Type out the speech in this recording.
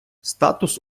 статус